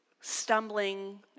stumbling